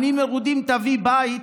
"עניים מרודים תביא בית"